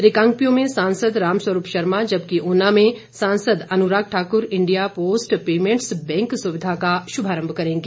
रिकांगपिओ में सांसद रामस्वरूप शर्मा जबकि ऊना में सांसद Anurag Thakur India post payments bank सुविधा का शुभारम्म करेंगे